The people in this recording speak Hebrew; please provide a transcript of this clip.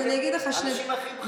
האנשים הכי בכירים.